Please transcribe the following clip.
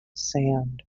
sand